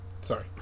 sorry